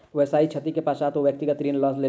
व्यावसायिक क्षति के पश्चात ओ व्यक्तिगत ऋण लय लेलैन